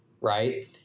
right